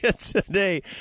today